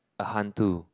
a hantu